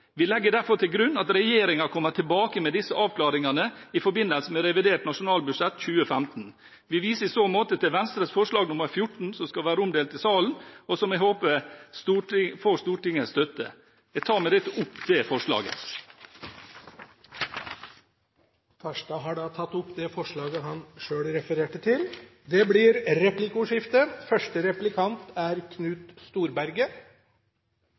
Vi legger derfor til grunn at regjeringen kommer tilbake med disse avklaringene i forbindelse med revidert nasjonalbudsjett 2015. Vi viser i så måte til Venstres forslag nr. 14, som skal være omdelt i salen, og som jeg håper får Stortingets støtte. Jeg tar med dette opp det forslaget. Representanten Pål Farstad har tatt opp det forslaget han refererte til. Det blir replikkordskifte.